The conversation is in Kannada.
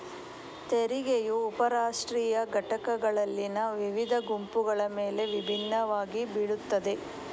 ತೆರಿಗೆಯು ಉಪ ರಾಷ್ಟ್ರೀಯ ಘಟಕಗಳಲ್ಲಿನ ವಿವಿಧ ಗುಂಪುಗಳ ಮೇಲೆ ವಿಭಿನ್ನವಾಗಿ ಬೀಳುತ್ತದೆ